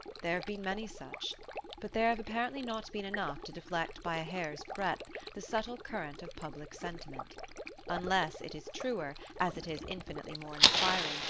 there have been many such but there have apparently not been enough to deflect by a hair's breadth the subtle current of public sentiment unless it is truer, as it is infinitely more inspiring,